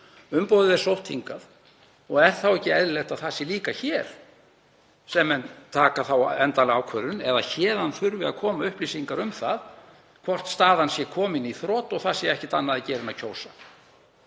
Umboðið er sótt hingað. Og er þá ekki eðlilegt að það sé líka hér sem menn taka endanlega ákvörðun eða að héðan þurfi að koma upplýsingar um hvort staðan sé komin í þrot og það sé ekkert annað að gera en að kjósa?